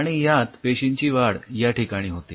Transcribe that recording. आणि यात पेशींची वाढ इथे या ठिकाणी होते